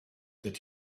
that